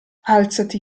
alzati